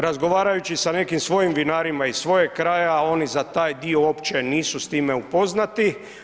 Razgovarajući sa nekim svojim vinarima iz svojeg kraja oni za taj dio uopće nisu s time upoznati.